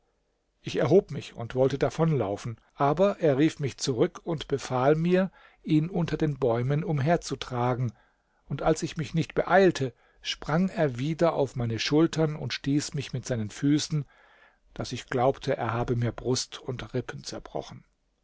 ich erhob mich und wollte davonlaufen aber er rief mich zurück und befahl mir ihn unter den bäumen umherzutragen und als ich mich nicht beeilte sprang er wieder auf meine schultern und stieß mich mit seinen füßen daß ich glaubte er habe mir brust und rippen zerbrochen